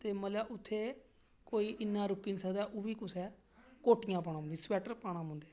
ते मतलब उत्थें कोई इन्ना रुकी निं सकदा ओह्बी कुदै कोटियां पाना पौंदियां स्वेटर पाना पौंदे